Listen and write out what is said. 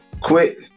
quit